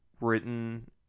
written